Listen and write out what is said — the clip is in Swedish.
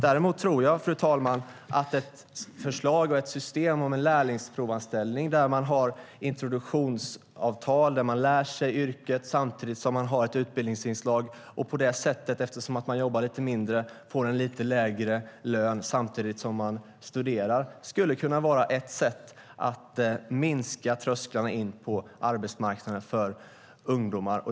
Däremot tror jag, fru talman, att ett förslag och ett system om en lärlingsprovanställning där man har introduktionsavtal, där man lär sig yrket samtidigt som man har ett utbildningsinslag och på det sättet, eftersom man jobbar lite mindre, får en lite lägre lön samtidigt som man studerar, skulle kunna vara ett sätt att minska trösklarna in på arbetsmarknaden för ungdomar.